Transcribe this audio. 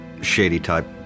shady-type